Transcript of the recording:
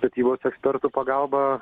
statybos ekspertų pagalba